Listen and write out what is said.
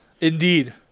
Indeed